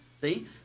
See